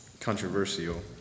controversial